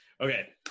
Okay